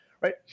right